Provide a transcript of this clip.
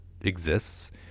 exists